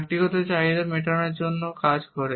ব্যক্তিগত চাহিদা মেটানোর জন্য কাজ করে